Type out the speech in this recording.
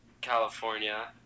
California